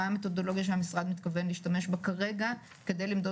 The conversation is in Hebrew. מה המתודולוגיה שהמשרד מתכוון להשתמש בה כרגע כדי למדוד